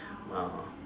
uh